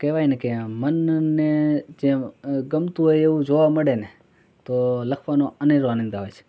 કહેવાય ને કે મનને જે ગમતું હોય એવું જોવા મળે ને તો લખવાનો અનેરો આનંદ આવે છે